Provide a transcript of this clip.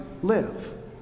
live